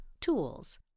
tools